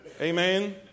Amen